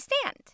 stand